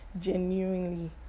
genuinely